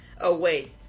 away